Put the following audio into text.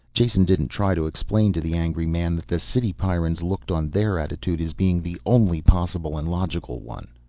jason didn't try to explain to the angry man that the city pyrrans looked on their attitude as being the only possible and logical one.